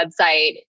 website